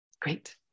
Great